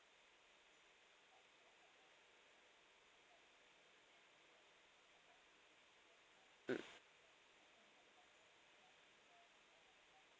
mm